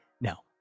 Now